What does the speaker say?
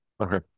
Okay